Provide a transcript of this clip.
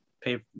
pay